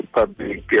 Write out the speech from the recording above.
public